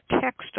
text